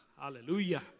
Hallelujah